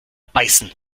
beißen